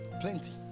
Plenty